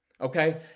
okay